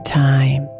time